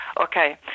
Okay